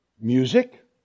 music